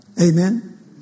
Amen